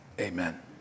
Amen